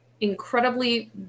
incredibly